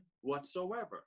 whatsoever